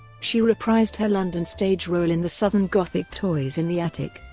she reprised her london stage role in the southern gothic toys in the attic,